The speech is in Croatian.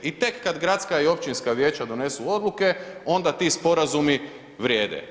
I tek kad gradska i općinska vijeća donesu odluke onda ti sporazumi vrijede.